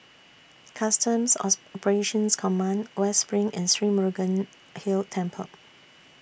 Customs Command West SPRING and Sri Murugan Hill Temple